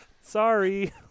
Sorry